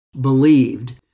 believed